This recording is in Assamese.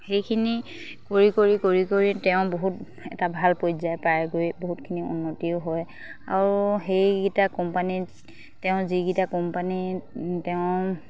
সেইখিনি কৰি কৰি কৰি কৰি তেওঁ বহুত এটা ভাল পৰ্যায় পায় গৈ বহুতখিনি উন্নতিও হয় আৰু সেইকেইটা কোম্পানীত তেওঁ যিকেইটা কোম্পানীত তেওঁ